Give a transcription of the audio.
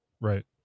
Right